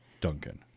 Duncan